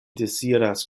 deziras